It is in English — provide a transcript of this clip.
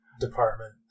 department